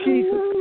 Jesus